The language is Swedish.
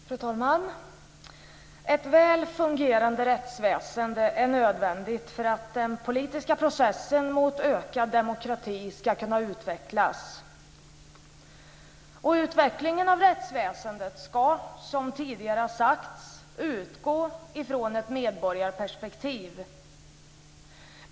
Fru talman! Ett väl fungerande rättsväsende är nödvändigt för att den politiska processen mot ökad demokrati ska kunna utvecklas. Utvecklingen av rättsväsendet ska, som tidigare har sagts, utgå från ett medborgarperspektiv.